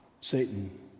Satan